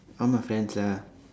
all my friends lah